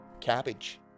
cabbage